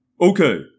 Okay